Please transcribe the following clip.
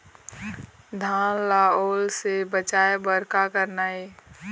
धान ला ओल से बचाए बर का करना ये?